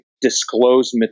disclose